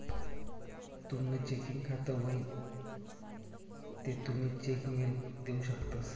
तुमनं चेकिंग खातं व्हयी ते तुमी चेक मेल देऊ शकतंस